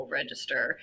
register